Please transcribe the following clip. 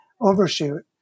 overshoot